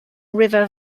river